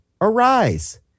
Arise